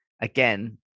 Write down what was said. again